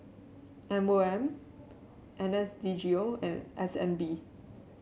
M O M N S D G O and S N B